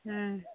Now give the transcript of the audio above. ᱦᱩᱸ